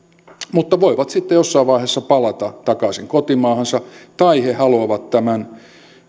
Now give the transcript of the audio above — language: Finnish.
mutta voivat sitten jossain vaiheessa palata takaisin kotimaahansa tai he haluavat tämän